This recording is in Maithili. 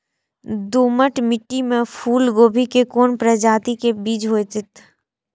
दोमट मिट्टी में फूल गोभी के कोन प्रजाति के बीज होयत?